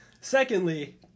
Secondly